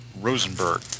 Rosenberg